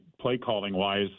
play-calling-wise